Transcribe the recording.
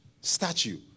statue